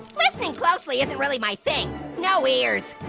listening closely isn't really my thing. no ears.